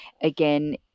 again